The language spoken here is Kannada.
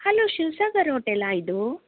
ಹಲೋ ಶಿವ್ ಸಾಗರ್ ಹೋಟೆಲಾ ಇದು